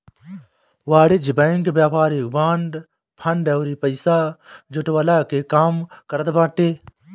वाणिज्यिक बैंक व्यापारिक bond, fund अउरी पईसा जुटवला के काम करत बाटे